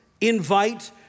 invite